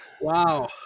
Wow